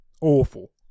awful